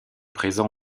présent